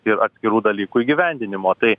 ir atskirų dalykų įgyvendinimo tai